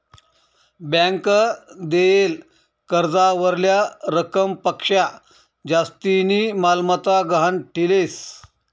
bank देयेल कर्जावरल्या रकमपक्शा जास्तीनी मालमत्ता गहाण ठीलेस